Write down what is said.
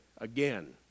again